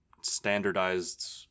standardized